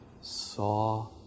saw